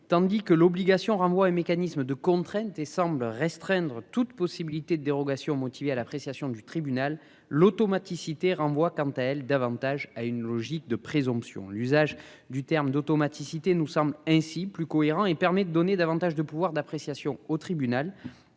tandis que l'obligation renvoie un mécanisme de contraintes et semble restreindre toute possibilité de dérogation motivée à l'appréciation du tribunal l'automaticité renvoie quant à elle, davantage à une logique de présomption. L'usage du terme d'automaticité nous semble ainsi plus cohérent et permet de donner davantage de pouvoir d'appréciation au tribunal.